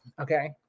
Okay